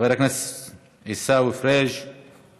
חבר הכנסת עיסאווי פריג';